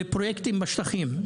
מיועד לפרויקטים בשטחים.